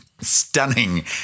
stunning